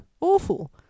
Awful